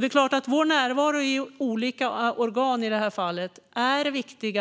Det är klart att vår närvaro i olika organ är viktig